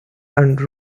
and